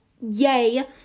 yay